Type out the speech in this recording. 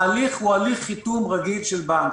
ההליך הוא הליך חיתום רגיל של בנק.